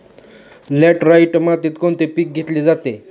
Laterite मातीत कोणते पीक घेतले जाते?